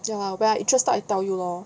ya but if I interested then I tell you lor